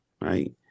right